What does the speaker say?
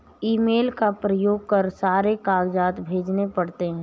email का प्रयोग कर सारे कागजात भेजने पड़ते हैं